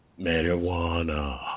marijuana